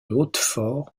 hautefort